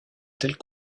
tels